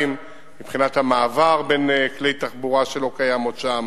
מבחינת המעבר בין כלי-תחבורה שלא קיים שם